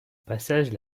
passage